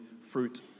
fruit